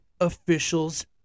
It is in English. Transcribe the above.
officials